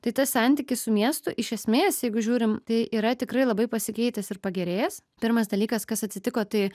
tai tas santykis su miestu iš esmės jeigu žiūrim tai yra tikrai labai pasikeitęs ir pagerėjęs pirmas dalykas kas atsitiko tai